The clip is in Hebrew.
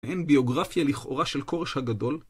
האם ביוגרפיה לכאורה של קורש הגדול?